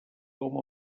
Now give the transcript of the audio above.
com